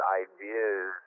ideas